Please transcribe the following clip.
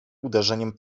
uderzeniem